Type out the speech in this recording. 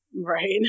right